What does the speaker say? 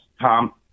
Tom